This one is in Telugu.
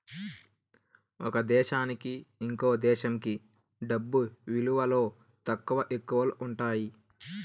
ఒక దేశానికి ఇంకో దేశంకి డబ్బు విలువలో తక్కువ, ఎక్కువలు ఉంటాయి